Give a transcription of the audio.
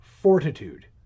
Fortitude